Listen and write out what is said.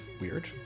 weird